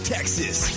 Texas